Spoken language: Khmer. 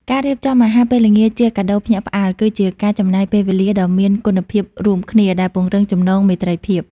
ការរៀបចំអាហារពេលល្ងាចជាកាដូភ្ញាក់ផ្អើល គឺជាការចំណាយពេលវេលាដ៏មានគុណភាពរួមគ្នា ដែលពង្រឹងចំណងមេត្រីភាព។